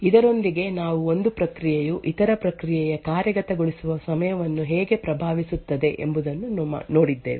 ಇದರೊಂದಿಗೆ ನಾವು ಒಂದು ಪ್ರಕ್ರಿಯೆಯು ಇತರ ಪ್ರಕ್ರಿಯೆಯ ಕಾರ್ಯಗತಗೊಳಿಸುವ ಸಮಯವನ್ನು ಹೇಗೆ ಪ್ರಭಾವಿಸುತ್ತದೆ ಎಂಬುದನ್ನು ನೋಡಿದ್ದೇವೆ